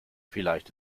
vielleicht